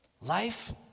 Life